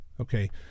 Okay